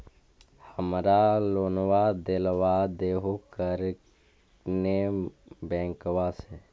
हमरा लोनवा देलवा देहो करने बैंकवा से?